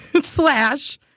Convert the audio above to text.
slash